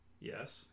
Yes